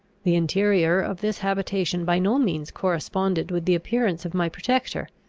the interior of this habitation by no means corresponded with the appearance of my protector,